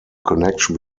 connection